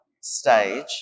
stage